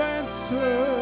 answer